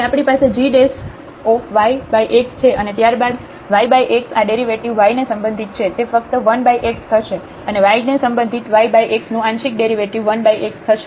તેથી આપણી પાસે gyx છે અને ત્યારબાદ yx આ ડેરિવેટિવ y ને સંબંધિત છે તે ફક્ત 1x થશે અને y ને સંબંધિત yx નું આંશિક ડેરિવેટિવ 1x થશે